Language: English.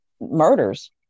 murders